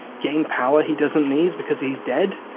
gain power he doesn't need because he's dead?